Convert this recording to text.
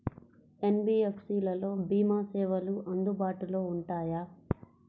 NBFC లలో భీమా సేవలు అందుబాటులో ఉంటాయా?